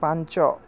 ପାଞ୍ଚ